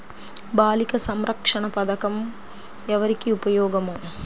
బాలిక సంరక్షణ పథకం ఎవరికి ఉపయోగము?